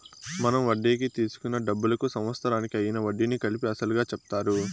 మనం వడ్డీకి తీసుకున్న డబ్బులకు సంవత్సరానికి అయ్యిన వడ్డీని కలిపి అసలుగా చెప్తారు